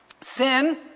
Sin